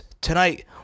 tonight